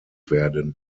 werden